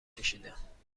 کشیدم